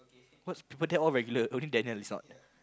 most people there all regular only Daniel is not